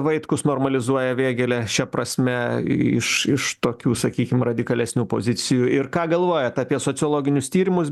vaitkus normalizuoja vėgėlę šia prasme iš iš tokių sakykim radikalesnių pozicijų ir ką galvojat apie sociologinius tyrimus